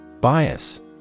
Bias